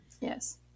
Yes